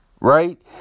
Right